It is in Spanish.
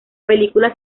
película